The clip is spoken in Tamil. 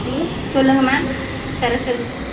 ஹலோ சொல்லுங்கள் மேம் சரஸ்வதி ஸ்டோர்